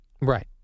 right